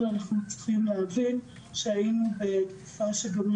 אתם צריכים להבין שמדברים פה על הסכנה שבביטול התוכניות השנה,